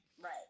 right